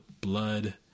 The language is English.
Blood